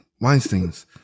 Weinstein's